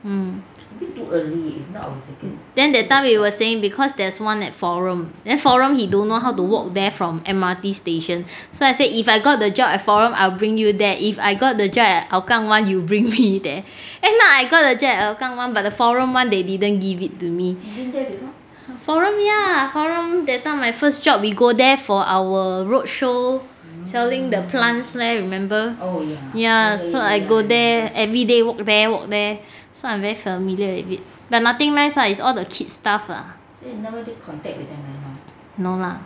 mm then that time we were saying because there's one at forum then forum he don't know how to walk there from M_R_T station so I say if I got the job at forum I will bring you there if I got the job at hougang [one] you bring me there end up I got the job at hougang [one] but the forum [one] they didn't give it to me forum ya forum that time my first job we go there for our our road show selling the plants leh remember ya so I go there every day walk there walk there so I very familiar with it but nothing nice lah is all the kids stuff lah no lah